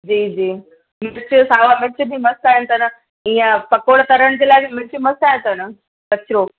जी जी हिते सावा मिर्च बि मस्तु आहिनि त हीअं पकोड़ा तरण जे लाइ बि मिर्च मस्तु आहियां त अचो